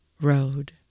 road